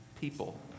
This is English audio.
people